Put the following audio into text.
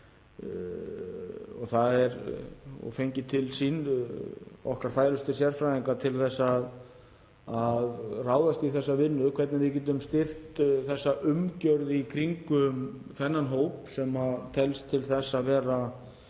vinnu og fengið til sín okkar færustu sérfræðinga til að ráðast í þessa vinnu, hvernig við getum styrkt þessa umgjörð í kringum þennan hóp sem telst vera